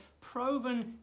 proven